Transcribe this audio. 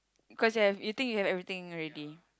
cause you have you think you have everything already